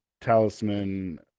Talisman